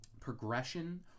progression